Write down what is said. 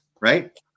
right